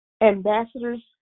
ambassadors